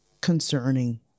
concerning